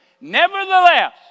Nevertheless